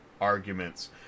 arguments